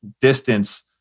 distance